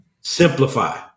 Simplify